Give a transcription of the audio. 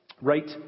right